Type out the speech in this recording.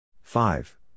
Five